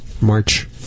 March